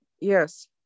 yes